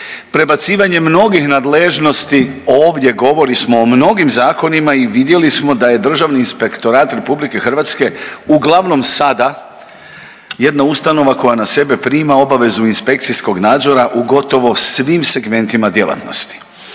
Prebacivanjem mnogih nadležnosti ovdje govorili smo o mnogim zakonima i vidjeli smo da je Državni inspektorat Republike Hrvatske uglavnom sada jedna ustanova koja na sebe prima obavezu inspekcijskog nadzora u gotovo svim segmentima djelatnosti.